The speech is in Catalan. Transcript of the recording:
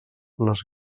les